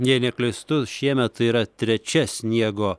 jei neklystu šiemet yra trečia sniego